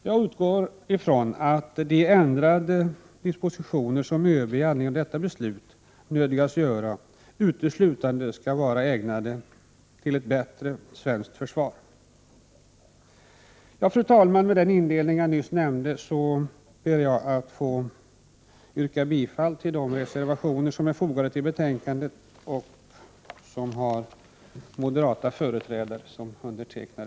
Jag utgår från att de ändrade dispositioner som ÖB i anledning av detta beslut nödgas göra uteslutande skall vara ägnade att främja ett bättre svenskt försvar. Fru talman! Med det anförda ber jag att få yrka bifall till de reservationer som är fogade till betänkandet och som undertecknats av moderata företrädare.